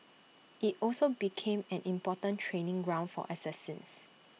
IT also became an important training ground for assassins